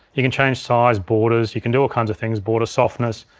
you can change size, borders, you can do all kinds of things, border softness,